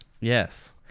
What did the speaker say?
Yes